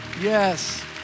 Yes